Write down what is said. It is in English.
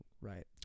Right